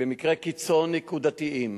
במקרי קיצון נקודתיים